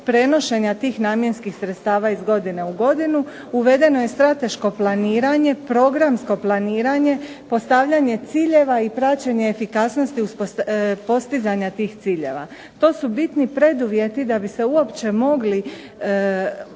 prenošenja tih namjenskih sredstava iz godine u godinu. Uvedeno je strateško planiranje, programsko planiranje, postavljanje ciljeva i praćenje efikasnosti postizanja tih ciljeva. To su bitni preduvjeti da bi se uopće mogli